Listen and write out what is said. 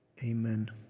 Amen